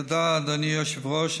תודה, אדוני היושב-ראש.